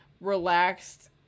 relaxed